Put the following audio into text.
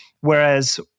Whereas